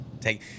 take